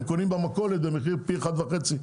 הם קונים במכולת במחיר פי אחד וחצי,